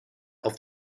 auf